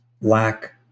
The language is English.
lack